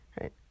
right